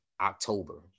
October